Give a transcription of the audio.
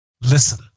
listen